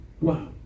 Wow